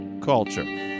Culture